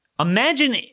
Imagine